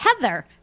Heather